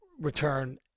return